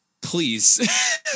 please